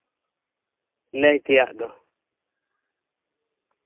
ᱞᱟᱹᱭ ᱛᱮᱭᱟᱜ ᱫᱚ